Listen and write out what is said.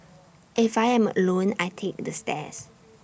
if I am alone I take the stairs